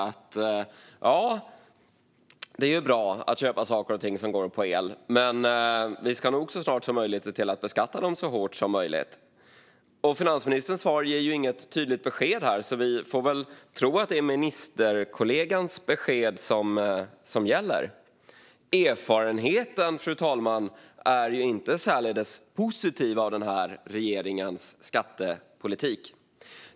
Man säger: Ja, det är bra att köpa saker och ting som går på el, men vi ska nog så snart som möjligt se till att beskatta dem så hårt som möjligt. Finansministerns svar här ger inget tydligt besked, så vi får väl tro att det är ministerkollegans besked som gäller. Erfarenheten är inte särdeles positiv, fru talman, av den här regeringens skattepolitik.